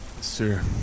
sir